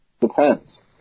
Depends